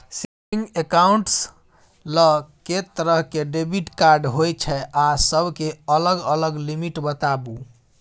Saving accounts ल के तरह के डेबिट कार्ड होय छै आ सब के अलग अलग लिमिट बताबू?